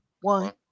one